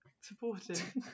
supportive